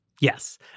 Yes